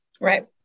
Right